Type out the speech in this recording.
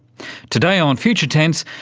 today on future tense,